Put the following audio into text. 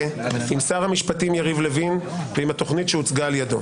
עם שר המשפטים יריב לוין ועם התוכנית שהוצגה על ידו.